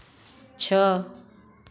छः